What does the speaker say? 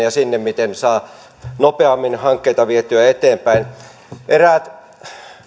ja siihen miten saa nopeammin hankkeita vietyä eteenpäin eräät